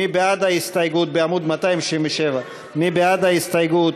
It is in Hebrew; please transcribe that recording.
מי בעד ההסתייגות, בעמוד 267. מי בעד ההסתייגות?